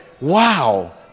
wow